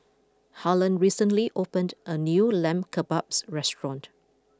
Harlen recently opened a new Lamb Kebabs restaurant